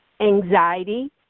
anxiety